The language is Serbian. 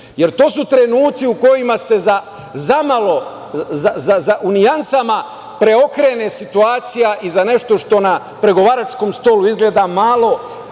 Jer, to su trenuci u kojima se zamalo, u nijansama, preokrene situacija i za nešto što na pregovaračkom stolu izgleda malo,